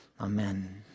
Amen